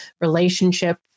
relationship